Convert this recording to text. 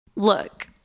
Look